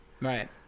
Right